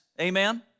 Amen